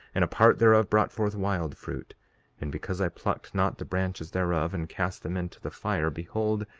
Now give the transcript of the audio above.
and a part thereof brought forth wild fruit and because i plucked not the branches thereof and cast them into the fire, behold,